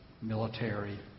military